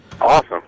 Awesome